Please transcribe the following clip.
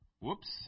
Whoops